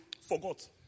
forgot